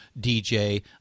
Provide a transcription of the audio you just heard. DJ